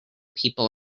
people